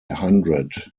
hundred